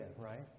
right